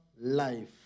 life